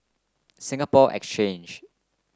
Singapore Exchange